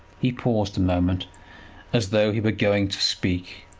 he paused a moment as though he were going to speak,